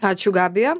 ačiū gabija